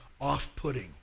off-putting